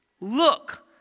Look